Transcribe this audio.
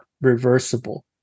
Reversible